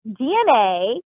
DNA